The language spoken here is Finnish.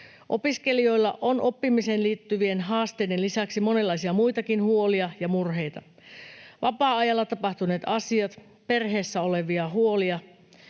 Opiskelijoilla on oppimiseen liittyvien haasteiden lisäksi monenlaisia muitakin huolia ja murheita: vapaa-ajalla tapahtuneet asiat, perheessä olevat huolet,